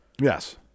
Yes